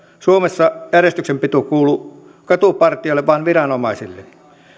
suomessa järjestyksenpito kuulu katupartioille vaan viranomaisille